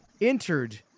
entered